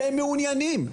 והם מעוניינים.